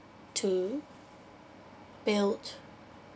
to build